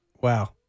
Wow